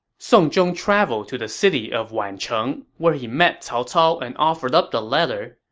song zhong traveled to the city of wancheng, where he met cao cao and offered up the letter.